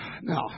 Now